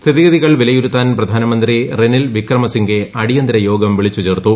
സ്ഥിതിഗതികൾ വിലയിരുത്താൻ പ്രധാനമന്ത്രി റനിൽ വിക്രമ സിംഗെ അടിയന്തിര യോഗം വിളിച്ചു ചേർത്തു